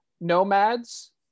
Nomads